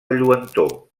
lluentor